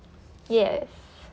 yes